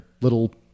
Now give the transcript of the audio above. little